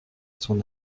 son